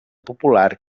popular